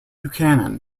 buchanan